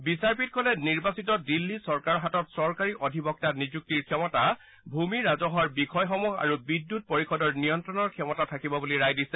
বিচাৰপীঠখনে নিৰ্বাচিত দিল্লী চৰকাৰৰ হাতত চৰকাৰী অধিবক্তা নিযুক্তিৰ ক্ষমতা ভূমি ৰাজহৰ বিষয়সমূহ আৰু বিদ্যুৎ পৰিষদৰ নিয়ন্ত্ৰণৰ ক্ষমতা থাকিব বুলি ৰায় দিছে